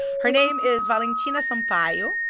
her name is valentina sampaio,